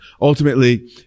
ultimately